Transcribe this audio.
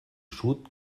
sud